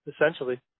essentially